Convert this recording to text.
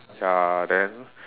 ya then